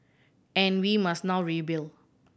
and we must now rebuild